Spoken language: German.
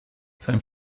sein